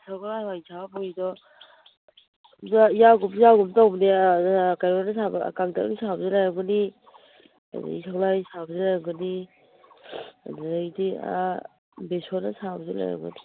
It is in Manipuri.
ꯁꯒꯣꯜꯍꯋꯥꯏꯅ ꯁꯥꯕ ꯕꯣꯔꯤꯗꯣ ꯌꯥꯎꯒꯨꯝ ꯇꯧꯕꯅꯤ ꯀꯩꯅꯣꯅ ꯁꯥꯕ ꯀꯪꯇꯛꯅ ꯁꯥꯕꯁꯨ ꯂꯩꯔꯝꯒꯅꯤ ꯑꯗꯩ ꯁꯒꯣꯜꯍꯋꯥꯏꯅ ꯁꯥꯕꯁꯨ ꯂꯩꯔꯝꯒꯅꯤ ꯑꯗꯨꯗꯩꯗꯤ ꯕꯦꯁꯣꯟꯅ ꯁꯥꯕꯁꯨ ꯂꯩꯔꯝꯒꯅꯤ